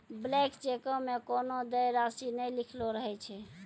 blank चेको मे कोनो देय राशि नै लिखलो रहै छै